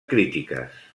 crítiques